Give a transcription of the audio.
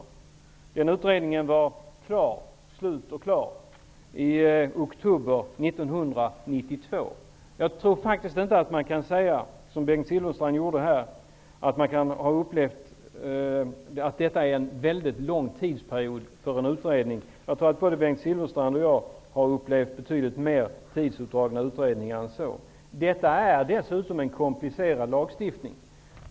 Den utredningen var klar i oktober 1992. Jag tror faktiskt inte att man som Bengt Silfverstrand kan hävda att detta är en lång tidsperiod för en utredning. Både Bengt Silfverstrand och jag har upplevt betydligt mer tidsutdragna utredningar än så. Detta är dessutom en komplicerad lagstiftning.